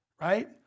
right